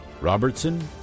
Robertson